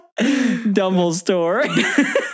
Dumbledore